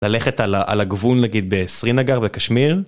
ללכת על הגבול להגיד בסרינגר בקשמיר.